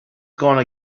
gonna